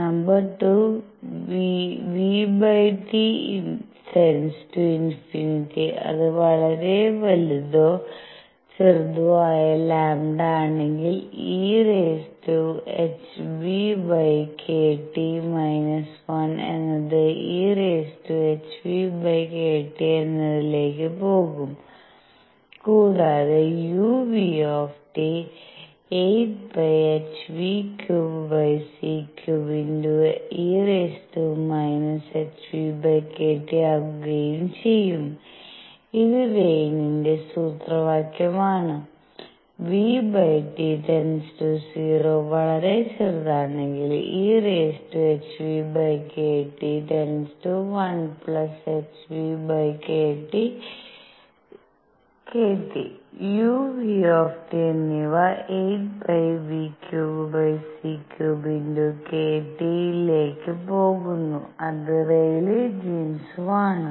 number 2 vT→∞ അത് വളരെ വലുതോ ചെറുതോ ആയ λ ആണെങ്കിൽ eʰᵛᵏᵀ 1 എന്നത് eʰᵛᵏᵀ എന്നതിലേക്ക് പോകും കൂടാതെ uν 8πhv³c³e⁻ʰᵛᴷᵀ ആകുകയും ചെയ്യും ഇത് വൈയ്ൻ ന്റെ സൂത്രവാക്യമാണ്Wiens equation vT→0 വളരെ ചെറുതാണെങ്കിൽ eʰᵛ ᵏᵀ→1hvkT uν എന്നിവ 8πv³c³kT ലേക്ക് പോകുന്നു അത് റെയ്ലീ ജീൻസ്ആണ്